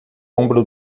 ombro